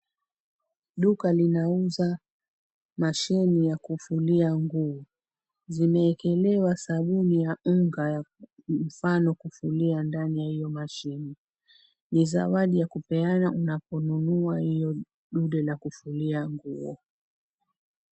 Duka linauza mashine ya kufulia nguo, zimewekelewa sabuni ya unga , mfano kufulia ndani ya hiyo mashine, ni zawadi ya kupeana na kununua dude hilo la kufulia nguo.